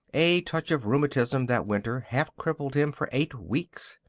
a touch of rheumatism that winter half crippled him for eight weeks.